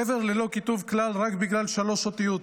קבר ללא כיתוב כלל רק בגלל שלוש אותיות,